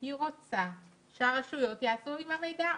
היא רוצה שהרשויות יעשו עם המידע.